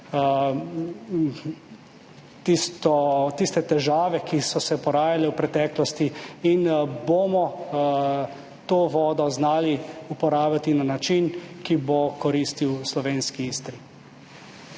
tiste težave, ki so se porajale v preteklosti in bomo to vodo znali uporabiti na način, ki bo koristil slovenski Istri.